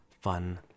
fun